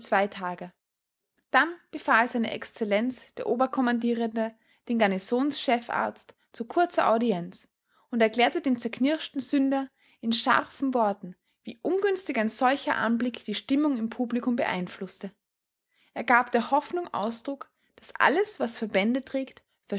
zwei tage dann befahl seine exzellenz der oberkommandierende den garnisonschefarzt zu kurzer audienz und erklärte dem zerknirschten sünder in scharfen worten wie ungünstig ein solcher anblick die stimmung im publikum beeinflußte er gab der hoffnung ausdruck daß alles was verbände trägt